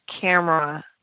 camera